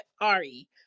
Ari